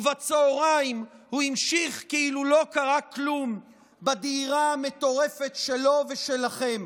ובצוהריים הוא המשיך כאילו לא קרה כלום בדהירה המטורפת שלו ושלכם.